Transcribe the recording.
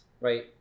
right